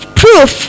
proof